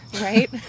Right